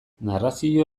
narrazio